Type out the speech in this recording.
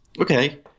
Okay